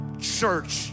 Church